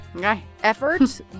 effort